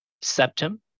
septum